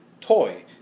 toy